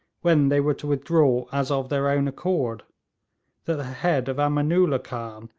when they were to withdraw as of their own accord that the head of ameenoolla khan,